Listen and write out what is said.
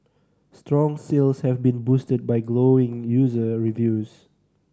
strong sales have been boosted by glowing user reviews